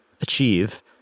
achieve